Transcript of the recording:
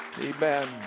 Amen